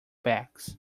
backs